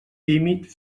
límit